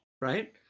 right